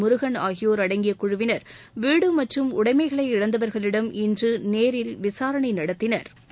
முருகன் ஆகியோா் அடங்கிய குழுவினா் வீடு மற்றும் உடைமைகளை இழந்தவா்களிடம் இன்று நேரில் விசாரணை நடத்தினா்